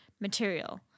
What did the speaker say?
material